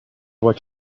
what